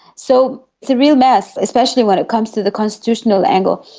so it's a real mess, especially when it comes to the constitutional angle.